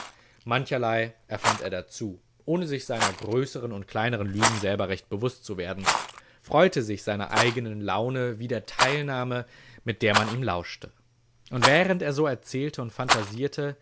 mancherlei erfand er dazu ohne sich seiner größern und kleinern lügen selber recht bewußt zu werden freute sich seiner eignen laune wie der teilnahme mit der man ihm lauschte und während er so erzählte und phantasierte